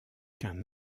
qu’un